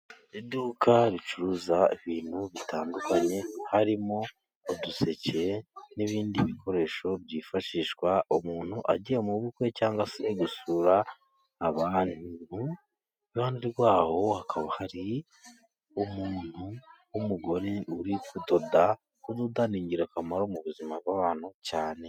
Iduka ricuruza ibintu bitandukanye harimo uduseke n'ibindi bikoresho byifashishwa umuntu agiye mu bukwe cyangwa se gusura abantu. Iruhande rwabo hakaba hari umuntu w'umugore uri kudoda, kudoda ni ingirakamaro mu buzima bw'abantu cyane.